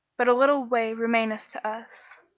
but a little way remaineth to us.